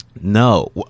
no